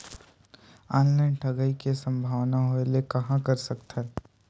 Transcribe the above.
Online ठगी के संभावना होय ले कहां कर सकथन?